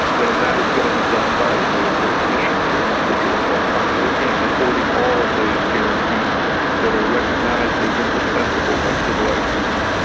then that is going to be done by military commission for an individual at guantanamo, again affording all of those guarantees that are recognised as indispensible by civilised peoples.